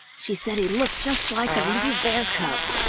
she said he looked just like a little bear cub.